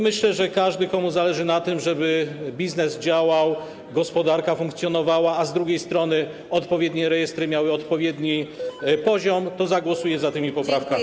Myślę, że każdy, komu zależy na tym, żeby biznes działał, gospodarka funkcjonowała, a z drugiej strony odpowiednie rejestry miały odpowiedni poziom, zagłosuje za tymi poprawkami.